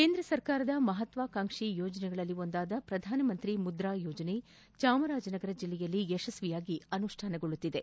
ಕೇಂದ್ರ ಸರ್ಕಾರದ ಮಹತ್ವಾಕಾಂಕ್ಷಿ ಯೋಜನೆಗಳಲ್ಲಿ ಒಂದಾದ ಪ್ರಧಾನಮಂತ್ರಿ ಮುದ್ರಾ ಯೋಜನೆ ಚಾಮರಾಜನಗರ ಜಿಲ್ಲೆಯಲ್ಲಿ ಯಶಸ್ವಿಯಾಗಿ ಅನುಷ್ಠಾನಗೊಳ್ಳುತ್ತಿದೆ